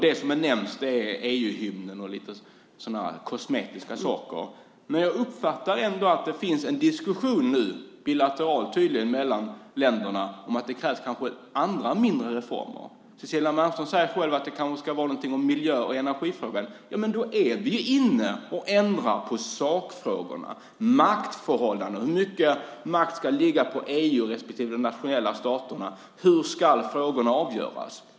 Det som har nämnts är EU-hymnen och lite andra kosmetiska saker. Men jag uppfattar ändå att det nu tydligen finns en diskussion bilateralt mellan länderna om att det kanske krävs andra mindre reformer. Cecilia Malmström säger själv att det kanske ska vara någonting om miljö och energifrågan. Men då är vi ju inne och ändrar på sakfrågorna och maktförhållandena. Hur mycket makt ska ligga på EU respektive de nationella staterna? Hur ska frågorna avgöras?